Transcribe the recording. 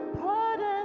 pardon